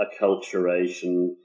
acculturation